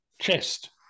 chest